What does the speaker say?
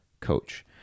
coach